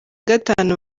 gatanu